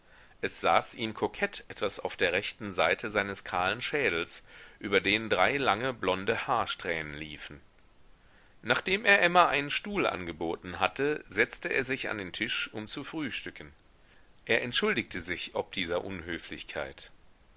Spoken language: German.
es saß ihm kokett etwas auf der rechten seite seines kahlen schädels über den drei lange blonde haarsträhnen liefen nachdem er emma einen stuhl angeboten hatte setzte er sich an den tisch um zu frühstücken er entschuldigte sich ob dieser unhöflichkeit